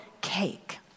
cake